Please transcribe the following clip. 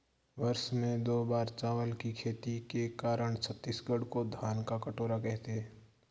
वर्ष में दो बार चावल की खेती के कारण छत्तीसगढ़ को धान का कटोरा कहते हैं